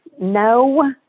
no